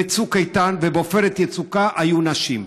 בצוק איתן ובעופרת יצוקה היו נשים.